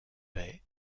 paix